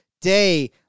day